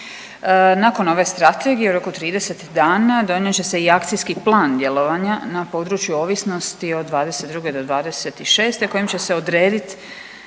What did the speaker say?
Nakon ove Strategije u roku 30 dana donijet će se i akcijski plan djelovanja na području ovisnosti od 2022. do 2026. kojim će se odrediti